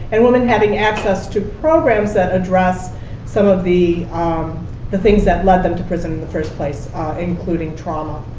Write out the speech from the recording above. and women having access to programs that address some of the um the things that led them to prison in the first place including trauma.